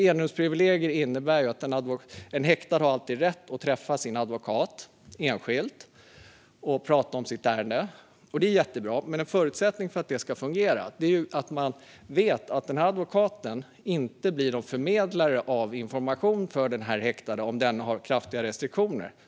Enrumsprivilegiet innebär att en häktad alltid har rätt att träffa sin advokat enskilt och prata om sitt ärende. Det är jättebra, men en förutsättning för att det ska fungera är att man vet att advokaten inte blir en förmedlare av information från den häktade om denne har kraftiga restriktioner.